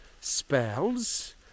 spells